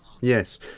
Yes